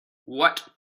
what